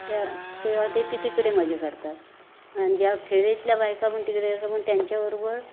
त्या तेव्हा ते ते तिकडे मजे करतात आणि ज्या खेड्यातल्या बायका पण तिकडे राहाता मग त्यांच्याबरोबर